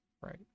right